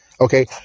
Okay